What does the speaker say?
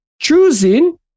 choosing